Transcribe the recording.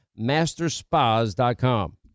masterspas.com